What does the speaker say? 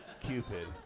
Cupid